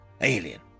alien